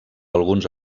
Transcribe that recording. alguns